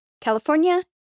California